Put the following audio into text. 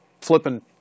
flipping